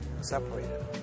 separated